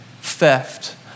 theft